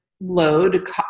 load